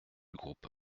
groupe